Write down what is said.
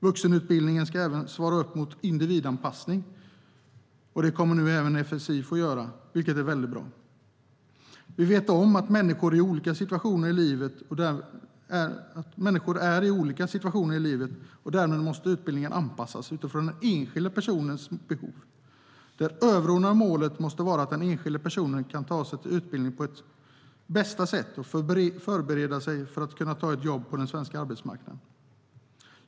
Vuxenutbildningen ska även svara mot behovet av individanpassning. Det kommer nu även sfi att få göra, vilket är väldigt bra. Vi vet ju att människor är i olika situationer i livet, och därmed måste utbildningen anpassas utifrån den enskilda personens behov. Det överordnade målet måste vara att den enskilda personen kan ta till sig utbildningen på bästa sätt och förbereda sig för att kunna ta ett jobb på den svenska arbetsmarknaden.